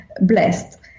blessed